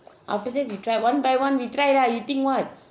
after that we try one by one we try lah you think what